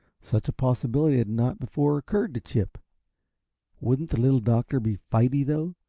such a possibility had not before occurred to chip wouldn't the little doctor be fighty, though?